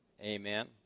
Amen